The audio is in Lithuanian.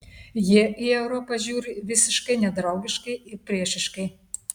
jie į europą žiūri visiškai nedraugiškai ir priešiškai